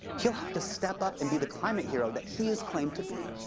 he'll have to step up and be the climate hero that he has claimed to be.